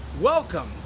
Welcome